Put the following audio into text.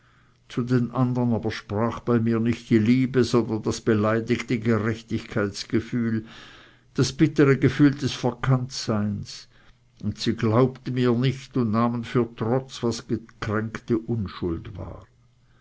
zu den andern aber sprach bei mir nicht die liebe sondern das beleidigte gerechtigkeitsgefühl das bittere gefühl des verkanntseins und sie glaubten mir nicht und nahmen für trotz was gekränkte unschuld war